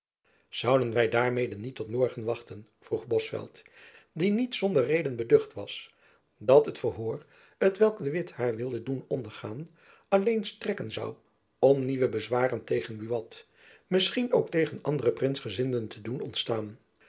zouden wy daarmede niet tot morgen wachten vroeg bosveldt die niet zonder reden beducht was dat het verhoor t welk de witt haar wilde doen ondergaan alleen strekken zoû om nieuwe bezwaren tegen buat misschien ook tegen andere prinsgezinden te doen ontstaan